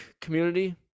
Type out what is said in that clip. community